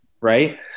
Right